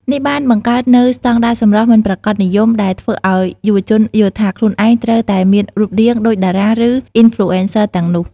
នេះបានបង្កើតនូវ ស្តង់ដារសម្រស់មិនប្រាកដនិយម ដែលធ្វើឲ្យយុវជនយល់ថា ខ្លួនឯងត្រូវតែមានរូបរាងដូចតារា ឬ អុីនផ្លូអេនសឺ ទាំងនោះ។